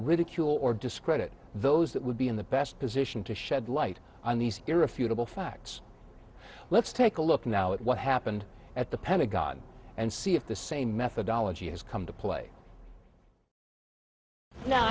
ridicule or discredit those that would be in the best position to shed light on these irrefutable facts let's take a look now at what happened at the pentagon and see if the same methodology has come to play no